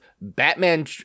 Batman